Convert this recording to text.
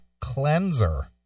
Cleanser